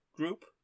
Group